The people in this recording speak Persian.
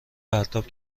پرتاب